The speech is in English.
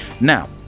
Now